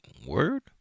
word